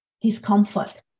discomfort